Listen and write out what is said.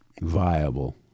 viable